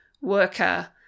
worker